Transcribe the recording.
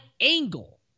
angle